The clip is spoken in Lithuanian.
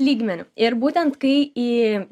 lygmeniu ir būtent kai į